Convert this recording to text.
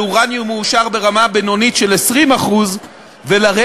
אורניום מועשר ברמה בינונית של 20% ולרדת,